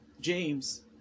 James